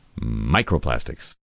microplastics